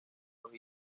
los